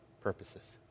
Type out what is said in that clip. purposes